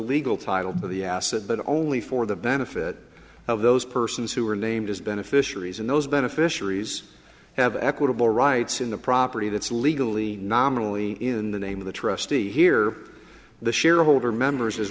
legal title of the asset but only for the benefit of those persons who are named as beneficiaries and those beneficiaries have equitable rights in the property that's legally nominally in the name of the trustee here the shareholder members as